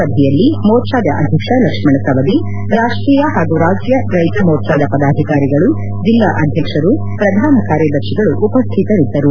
ಸಭೆಯಲ್ಲಿ ಮೋರ್ಚಾದ ಅಧ್ಯಕ್ಷ ಲಕ್ಷಣ ಸವದಿ ರಾಷ್ಟೀಯ ಹಾಗೂ ರಾಜ್ಯ ರೈತ ಮೋರ್ಚಾದ ಪದಾಧಿಕಾರಿಗಳು ಜೆಲ್ಲಾ ಅಧ್ಯಕ್ಷರು ಪ್ರಧಾನಕಾರ್ಯದರ್ತಿಗಳು ಉಪ್ಯಾತರಿದ್ದರು